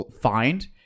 find